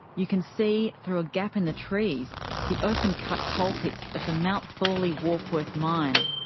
you can see through a gap in the trees the open cut coal pits of the mount thorley warkworth mine.